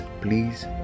please